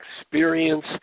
experience